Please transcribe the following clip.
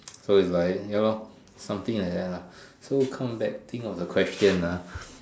so it's like ya lor something like that lah so come back think of the question ah